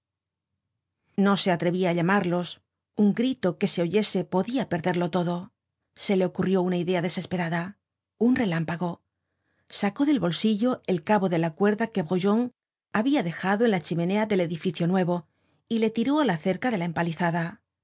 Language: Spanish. no se atrevia á llamarlos un grito que se oyese podia perderlo todo se le ocurrió una idea desesperada un relámpago sacó del bolsillo el cabo de la cuerda que brujon habia dejado en la chimenea del edificio nuevo y le tiró á la cerca de la empalizada